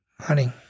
honey